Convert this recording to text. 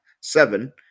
seven